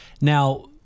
Now